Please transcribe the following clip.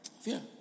Fear